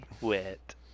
wet